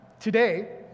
today